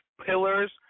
pillars